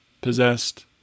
possessed